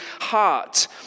heart